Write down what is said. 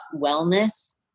wellness